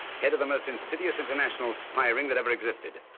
head of the most insidious international spy ring that ever existed.